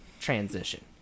transition